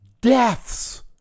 deaths